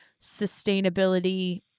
sustainability